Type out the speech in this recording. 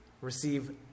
receive